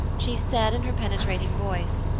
she said in her penetrating voice,